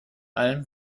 alm